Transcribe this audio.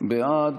בעד,